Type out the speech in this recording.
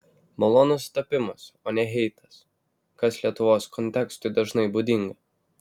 malonus sutapimas o ne heitas kas lietuvos kontekstui dažnai būdinga